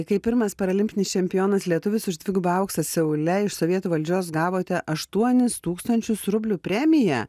kai pirmas paralimpinis čempionas lietuvis už dvigubą auksą seule iš sovietų valdžios gavote aštuonis tūkstančius rublių premiją